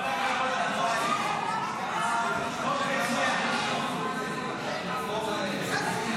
ההצעה להעביר את הצעת חוק כליאתם של לוחמים בלתי חוקיים